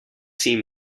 seem